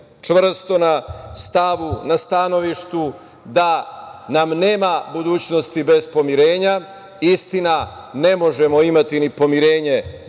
čvrsto na stanovištu da nam nema budućnosti bez pomirenja. Istina, ne možemo imati ni pomirenje